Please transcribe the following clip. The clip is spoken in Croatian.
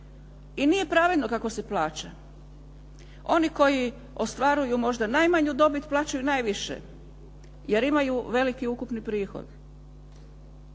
I nije pravedno kako se plaća. Oni koji ostvaruju možda najmanju dobit, plaćaju najviše jer imaju veliki ukupni prihod.